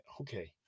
Okay